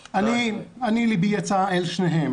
לבי יצא אל שניהם